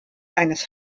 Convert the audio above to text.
eines